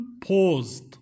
paused